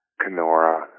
Kenora